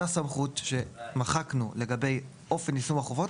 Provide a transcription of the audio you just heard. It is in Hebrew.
אז אותה סמכות שמחקנו לגבי אופן יישום החובות,